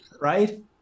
right